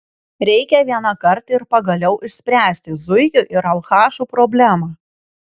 reikia vienąkart ir pagaliau išspręsti zuikių ir alchašų problemą